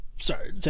Sorry